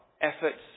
efforts